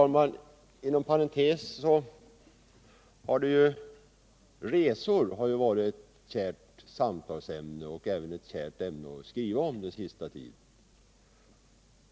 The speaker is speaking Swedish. Resor har ju på sista tiden varit ett kärt samtalsämne och även ett kärt ämne att skriva om.